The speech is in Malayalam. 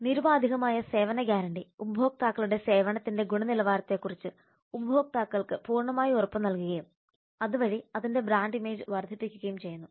നിരുപാധികമായ സേവന ഗ്യാരണ്ടി ഉപഭോക്താക്കളുടെ സേവനത്തിന്റെ ഗുണനിലവാരത്തെക്കുറിച്ച് ഉപഭോക്താക്കൾക്ക് പൂർണമായി ഉറപ്പുനൽകുകയും അതുവഴി അതിന്റെ ബ്രാൻഡ് ഇമേജ് വർദ്ധിപ്പിക്കുകയും ചെയ്യുന്നു